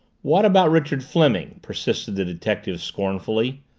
what about richard fleming? persisted the detective scornfully.